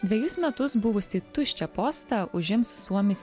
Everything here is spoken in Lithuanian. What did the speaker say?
dvejus metus buvusį tuščią postą užims suomis